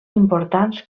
importants